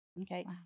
Okay